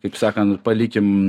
kaip sakant palikim